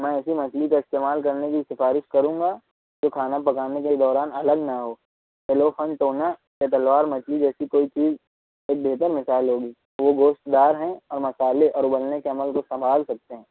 میں ایسی مچھلی کا استعمال کرنے کی سفارش کروں گا جو کھانا پکانے کے دوران الگ نہ ہو بلیوفن ٹونا یا تلوار مچھلی جیسی کوئی چیز ایک بہتر مثال ہوگی وہ گوشت دار ہیں اور مصالحے اور ابلنے کے عمل کو سنبھال سکتے ہیں